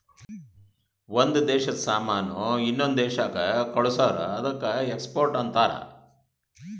ಒಂದ್ ದೇಶಾದು ಸಾಮಾನ್ ಇನ್ನೊಂದು ದೇಶಾಕ್ಕ ಕಳ್ಸುರ್ ಅದ್ದುಕ ಎಕ್ಸ್ಪೋರ್ಟ್ ಅಂತಾರ್